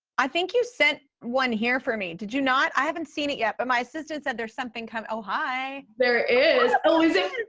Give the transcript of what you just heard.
i think you sent one here for me, did you not? i haven't seen it yet, but my assistant said there's something coming, kind of oh hi! there is, oh is it?